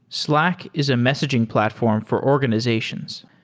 slack is a messaging platform for organizations.